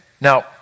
Now